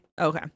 Okay